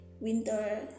winter